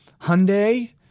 Hyundai